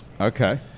Okay